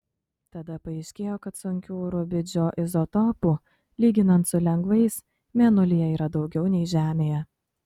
tada paaiškėjo kad sunkių rubidžio izotopų lyginant su lengvais mėnulyje yra daugiau nei žemėje